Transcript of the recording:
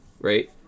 right